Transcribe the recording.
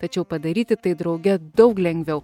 tačiau padaryti tai drauge daug lengviau